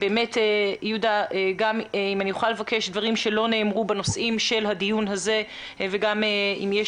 אם תוכל להתייחס לנושא וגם אם יש